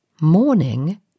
Morning